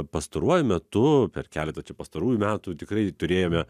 pastaruoju metu per keletą čia pastarųjų metų tikrai turėjome